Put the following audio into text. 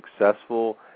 successful